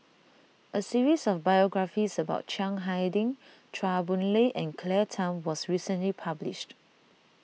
a series of biographies about Chiang Hai Ding Chua Boon Lay and Claire Tham was recently published